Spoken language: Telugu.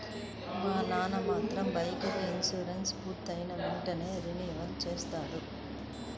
మా నాన్న మాత్రం బైకుకి ఇన్సూరెన్సు పూర్తయిన వెంటనే రెన్యువల్ చేయిస్తాడు